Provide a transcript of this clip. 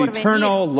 eternal